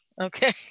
Okay